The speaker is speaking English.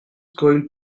going